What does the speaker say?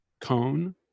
cone